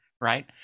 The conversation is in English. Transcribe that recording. right